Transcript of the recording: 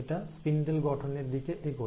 এটা স্পিন্ডেল গঠনের দিকে এগোয়